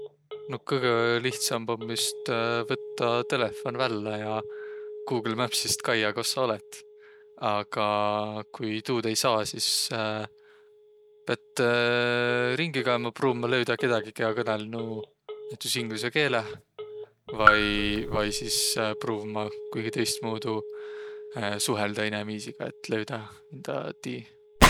No kõgõ lihtsämb om vist võttaq telefon vällä ja Google Mapsist kaiaq, koh saq olõt. Aga ku tuud ei saaq, sis piät ringi kaema, pruuvma löüdäq kedägi, kiä kõnõlnuq näütüses inglüse keeleh vai vai sis pruuvma kuigi tõistmuudu suhõldaq inemiisiga, et löüdäq hindä tii.